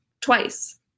twice